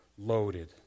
loaded